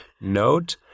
note